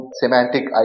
semantic